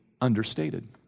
understated